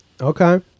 Okay